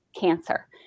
cancer